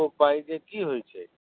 ओ पाइके की होइ छै